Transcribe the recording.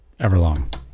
Everlong